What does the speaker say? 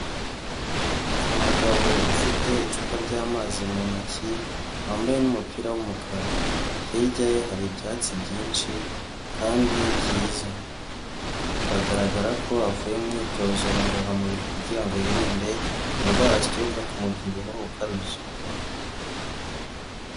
Umugabo ufite icupa ry'amazi mu ntoki wambaye n'umupira w'umukara hirya ye hari ibyatsi byinshi, kandi byiza biragaragara ko avuye mu myitozo ngororamubiri kugira ngo yirinde indwara zituruka k'umubyibuho ukabije.